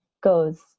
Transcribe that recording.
goes